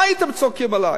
מה הייתם צועקים עלי?